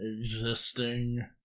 Existing